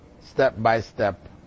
step-by-step